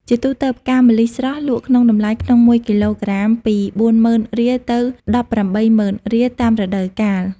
ជាទូទៅ ផ្កាម្លិះ ស្រស់ លក់ក្នុងតម្លៃក្នុងមួយគីឡូក្រាមពី ៤០០០០រៀលទៅ ១៨០០០០រៀល តាមរដូវកាល ៕